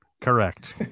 Correct